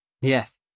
Yes